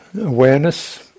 awareness